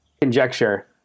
conjecture